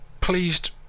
pleased